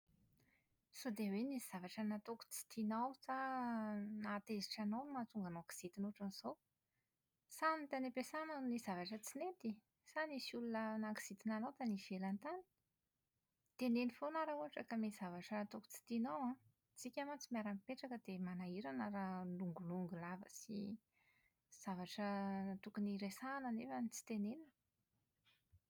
Sao dia hoe nisy zavatra nataoko tsy tianao sa nahatezitra anao no mahatonga anao kizintina ohatran'izao? Sa ny tany ampiasana no nisy zavatra tsy nety? Sa nisy olona nahakizintina anao tany ivelany tany? Teneno foana aho raha ohatra nisy zavatra nataoko tsy tianao an! Tsika mantsy miara-mipetraka dia manahirana raha milongilongy lava sy zavatra tokony iresahana nefa tsy tenenina!